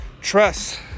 trust